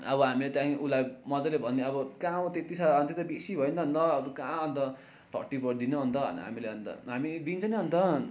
अब हामीले त्यहाँदेखि उसलाई मजाले भन्यो अब कहाँ हौ त्यति साह्रो अनि त्यो त बेसी भयो नि त अन्त कहाँ अन्त थर्टी गरिदिनु अन्त हामीले अन्त हामी दिन्छ नि अन्त